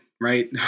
right